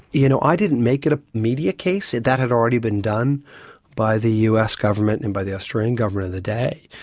you know, i didn't make it a media case that had already been done by the us government and by the australian government of the day,